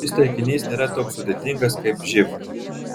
šis taikinys nėra toks sudėtingas kaip živ